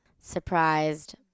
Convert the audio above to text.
surprised